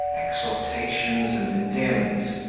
exhortations, and endearments,